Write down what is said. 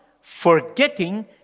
forgetting